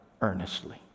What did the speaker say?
earnestly